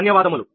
ధన్యవాదాలు